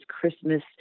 Christmas